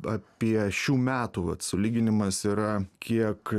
apie šių metų vat sulyginimas yra kiek